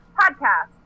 Podcast